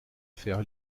faire